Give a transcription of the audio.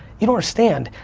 you don't understand,